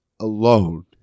alone